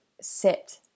sit